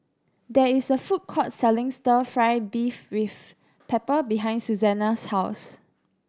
there is a food court selling Stir Fry beef with pepper behind Susana's house